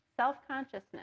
Self-consciousness